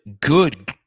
good